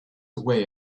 away